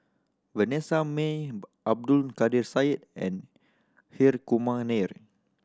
Vanessa Mae Abdul Kadir Syed and Hri Kumar Nair